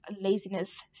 laziness